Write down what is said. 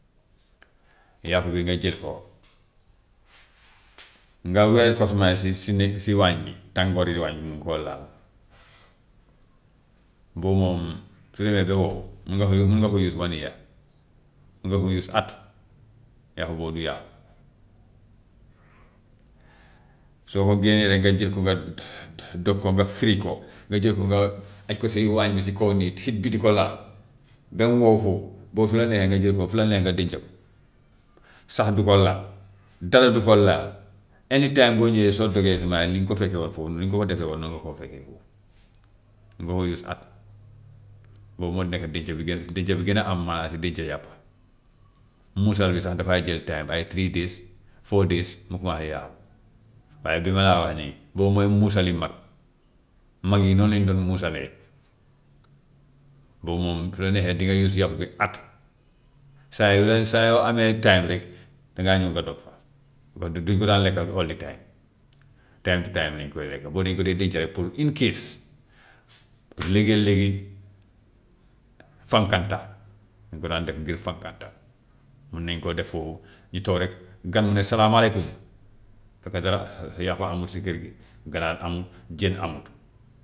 Yàpp bi nga jël ko nga weer ko fu may si si né- si waañ bi tàngoori waañ bi mu ngi koo laal, boobu moom su demee ba wow mun nga koo mun nga koo use one year, mun nga koo use at, yàpp boobu du yàqu. Soo ko génnee rek nga jël ko nga do- do- dog ko nga frite ko nga jël ko nga aj ko si waañ bi si kaw nii heat bi di ko laal ba mu wow foofu, boobu su la neexee nga jël ko fu la neex nga denc ko, sax du ko laal, dara du ko laal, any time boo ñëwee soo duggee ni nga ko fekkeewaat foofu ni nga ko fa defee woon noonu nga koo fekkee foofu, mun nga koo use at, boobu moo nekk denc bi gën, denc bi gën a am maanaa si denc yàpp. Muusal bi sax dafay jël time, ay three days, four days mu commencer yàqu, waaye bi ma la wax nii boobu mooy muusali mag, mag yi noonu lañu doon muusalee, boobu moom su la neexee dinga gis yàpp bi at, saa yu la saa yoo amee time rek, dangaa ñëw nga dog fa, also du ñu ko daan lekka all the time, time to time lañ koy lekka, boobu dañu ko dee denca rek pour une case, léeg-léegi dañu ko daan def ngir. Mun nañu koo def foofu ñu toog rek gan mu ne salaamaaleykum fekk dara yàpp amul si kër bi, ganaar amul, jën amut.